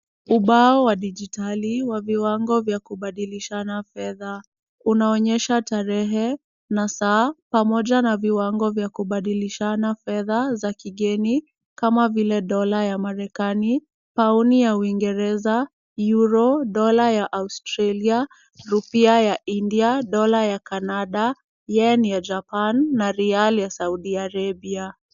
Ubao wa dijitali wa viwango vya kubadilishana fedha, unaonyesha tarehe nasaa pamoja na viwango vya kubadilishana fedha za kigeni, kama vile dola ya marekani, pauni ya uingereza, euro , dola ya Australia, rupia ya India, dola ya Canada yenu ya Japan na Real Saudi Arabia.